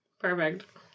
Perfect